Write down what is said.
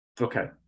Okay